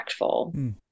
impactful